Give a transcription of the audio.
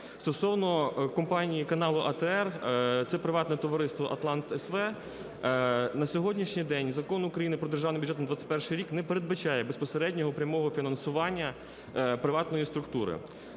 Стосовно компанії каналу АТR – це приватне товариство "Атлант-СВ". На сьогоднішній день Закон України "Про Державний бюджет на 2021 рік" не передбачає безпосереднього прямого фінансування приватної структури.